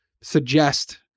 suggest